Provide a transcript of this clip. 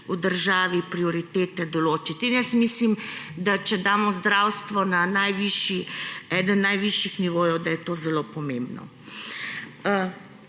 v državi prioritete določiti. In mislim, da če damo zdravstvo na enega najvišjih nivojev, je to zelo pomembno.